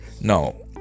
no